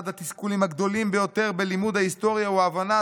אחד התסכולים הגדולים ביותר בלימוד ההיסטוריה הוא ההבנה